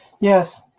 Yes